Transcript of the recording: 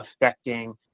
affecting